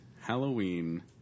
Halloween